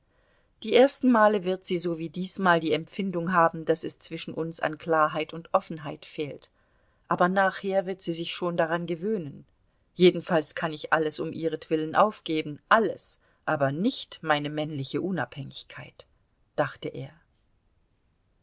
die ersten male wird sie so wie diesmal die empfindung haben daß es zwischen uns an klarheit und offenheit fehlt aber nachher wird sie sich schon daran gewöhnen jedenfalls kann ich alles um ihretwillen aufgeben alles aber nicht meine männliche unabhängigkeit dachte er